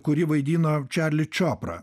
kuri vaidino čarlį čoprą